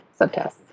subtests